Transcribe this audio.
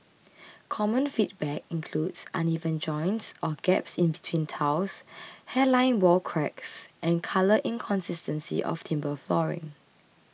common feedback includes uneven joints or gaps in between tiles hairline wall cracks and colour inconsistency of timber flooring